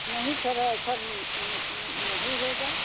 नहीं सर ऐसा नहीं होगा